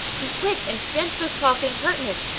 be quick and stint this talk and impertinence,